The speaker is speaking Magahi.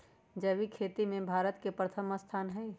जैविक खेती में भारत के प्रथम स्थान हई